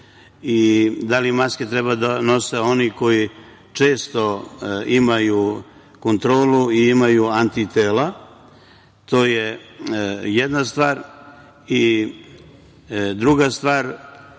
da li maske treba da nose oni koji često imaju kontrolu i imaju antitela? To je jedna stvar. Druga stvar,